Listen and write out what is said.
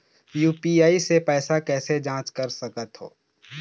UPI से पैसा कैसे जाँच कर सकत हो?